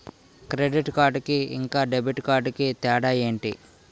Credit card కి ఇంకా debit card కి తేడా ఏంటి?